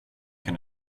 can